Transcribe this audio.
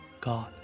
God